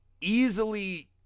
easily